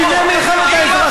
מי אמר שזה יקרה פה?